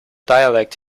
dialect